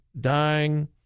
Dying